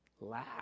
laugh